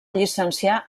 llicenciar